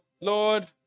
Lord